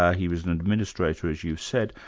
ah he was an administrator, as you've said,